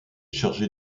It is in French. chargé